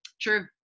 true